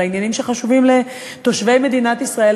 על העניינים שחשובים לתושבי מדינת ישראל,